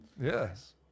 Yes